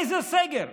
איזה סגר?